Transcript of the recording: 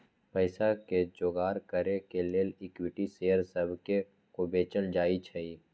पईसा के जोगार करे के लेल इक्विटी शेयर सभके को बेचल जाइ छइ